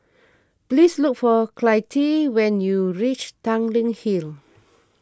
please look for Clytie when you reach Tanglin Hill